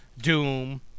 Doom